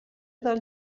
del